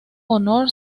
honor